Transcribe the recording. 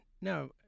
No